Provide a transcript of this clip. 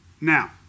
Now